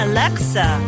Alexa